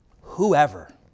Whoever